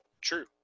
true